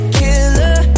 killer